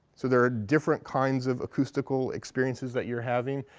so there are different kinds of acoustical experiences that you're having.